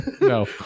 No